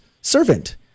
servant